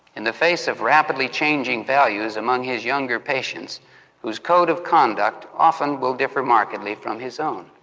in the face of rapidly changing values among his younger patients whose code of conduct often will differ markedly from his own.